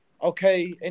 Okay